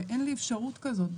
ואין לי אפשרות כזאת,